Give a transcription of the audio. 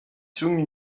sung